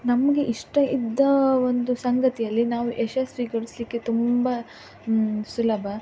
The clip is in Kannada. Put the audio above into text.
ನಮಗೆ ಇಷ್ಟ ಇದ್ದ ಒಂದು ಸಂಗತಿಯಲ್ಲಿ ನಾವು ಯಶಸ್ವಿಗೊಳಿಸಲಿಕ್ಕೆ ತುಂಬ ಸುಲಭ